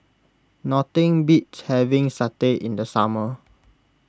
nothing beats having satay in the summer